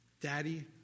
Daddy